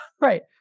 right